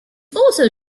also